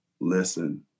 listen